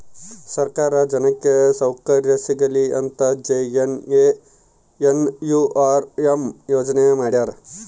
ಸರ್ಕಾರ ಜನಕ್ಕೆ ಸೌಕರ್ಯ ಸಿಗಲಿ ಅಂತ ಜೆ.ಎನ್.ಎನ್.ಯು.ಆರ್.ಎಂ ಯೋಜನೆ ಮಾಡ್ಯಾರ